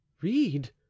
Read